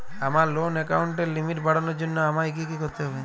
আমার লোন অ্যাকাউন্টের লিমিট বাড়ানোর জন্য আমায় কী কী করতে হবে?